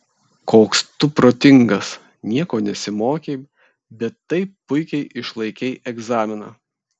koks tu protingas nieko nesimokei bet taip puikiai išlaikei egzaminą